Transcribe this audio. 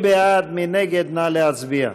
בעד, 31, נגד אין, נמנעים,